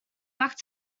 back